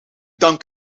dank